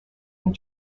and